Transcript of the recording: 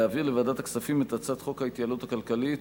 להעביר לוועדת הכספים את הצעת חוק ההתייעלות הכלכלית